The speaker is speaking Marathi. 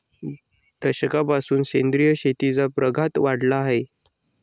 दशकापासून सेंद्रिय शेतीचा प्रघात वाढला आहे